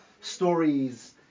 stories